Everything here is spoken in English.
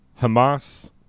Hamas